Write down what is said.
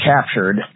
captured